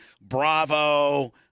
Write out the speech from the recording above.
Bravo